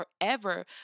forever